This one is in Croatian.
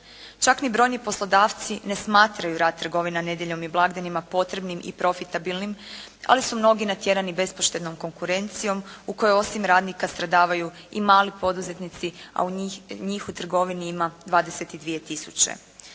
Čak ni brojni poslodavci ne smatraju rad trgovina nedjeljom i blagdanima potrebnim i profitabilnim, ali su mnogi natjerani bespoštednom konkurencijom u kojoj osim radnika stradavaju i mali poduzetnici, a njih u trgovini ima 22 tisuće.